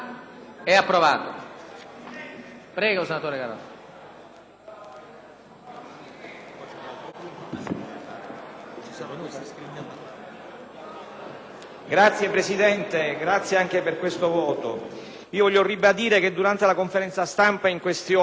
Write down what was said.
Grazie, signor Presidente, e grazie anche per questo voto. Voglio ribadire che durante la conferenza stampa di cui si parla nel Documento non ho fatto alcun accostamento malizioso e non ho mai pensato né detto che il commissario dell'ente Fiera potesse essere il mandante delle telefonate